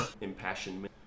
impassioned